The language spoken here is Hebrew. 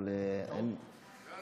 אז למה החוק?